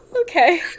Okay